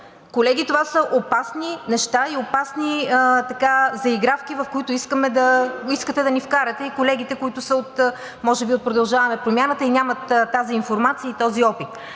Колеги, това са опасни неща и опасни заигравки, в които искате да ни вкарате, и колегите, които са може би от „Продължаваме Промяната“ и нямат тази информация и този опит.